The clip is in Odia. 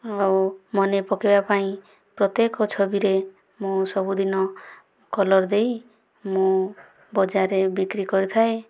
ଆଉ ମନେ ପକେଇବା ପାଇଁ ପ୍ରତ୍ୟେକ ଛବିରେ ମୁଁ ସବୁଦିନ କଲର୍ ଦେଇ ମୁଁ ବଜାରରେ ବିକ୍ରି କରିଥାଏ